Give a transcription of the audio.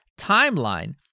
timeline